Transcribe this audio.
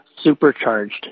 supercharged